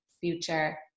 future